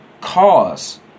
cause